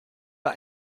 bei